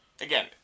Again